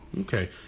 Okay